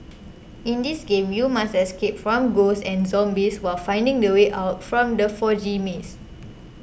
in this game you must escape from ghosts and zombies while finding the way out from the foggy maze